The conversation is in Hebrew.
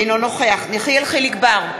אינו נוכח אלי בן-דהן,